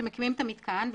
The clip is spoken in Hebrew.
כשמקימים את המתקן,